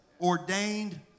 ordained